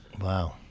Wow